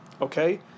okay